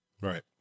Right